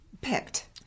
picked